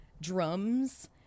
drums